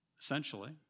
essentially